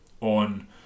on